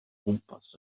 gwmpas